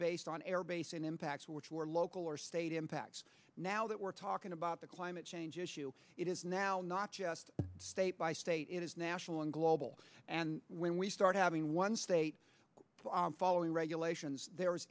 based on air base in impacts which were local or state impacts now that we're talking about the climate change issue it is now not just state by state it is national and global and when we start having one state following regulations